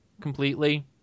completely